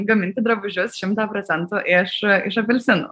gaminti drabužius šimtą procentų iš iš apelsinų